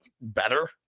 better